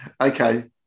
Okay